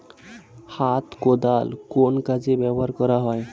হাত কোদাল কোন কাজে ব্যবহার করা হয়?